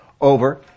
over